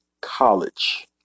college